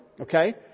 Okay